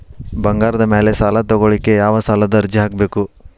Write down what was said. ಬಂಗಾರದ ಮ್ಯಾಲೆ ಸಾಲಾ ತಗೋಳಿಕ್ಕೆ ಯಾವ ಸಾಲದ ಅರ್ಜಿ ಹಾಕ್ಬೇಕು?